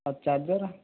ଆଉ ଚାର୍ଜର